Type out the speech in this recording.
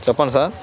చెప్పండి సార్